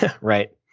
Right